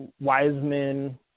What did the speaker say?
Wiseman